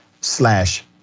slash